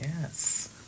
Yes